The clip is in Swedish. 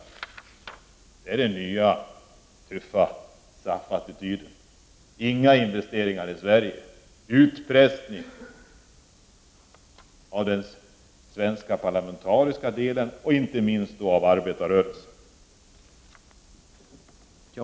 Det är den nya, tuffa SAF-attityden: inga investeringar i Sverige, utpressning av den svenska parlamentariska representationen och inte minst av arbetarrörelsen.